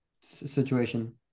situation